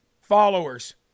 followers